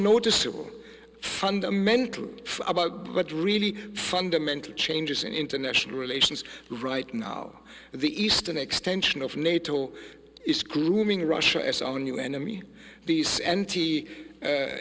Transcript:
noticeable fundamental about but really fundamental changes in international relations right now the eastern extension of nato is grooming russia its own new enemy these